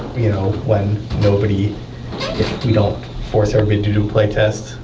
you know, when nobody, if we don't force everybody to do playtests.